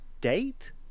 date